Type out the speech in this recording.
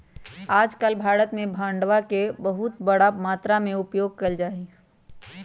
आजकल भारत में बांडवा के बहुत बड़ा मात्रा में उपयोग कइल जाहई